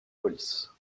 police